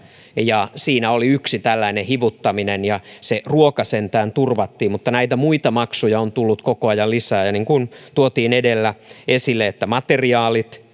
siinä oli yksi tällainen hivuttaminen se ruoka sentään turvattiin mutta näitä muita maksuja on tullut koko ajan lisää ja niin kuin tuotiin edellä esille materiaalit